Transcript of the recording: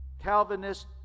Calvinist